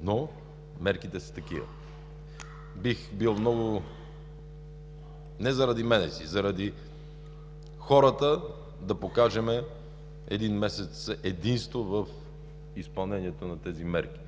но мерките са такива. Бих искал много, не заради мен, заради хората да покажем един месец единство в изпълнението на тези мерки.